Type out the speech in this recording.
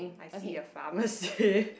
I see a pharmacy